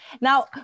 now